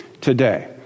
today